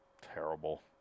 Terrible